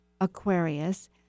Aquarius